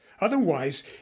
Otherwise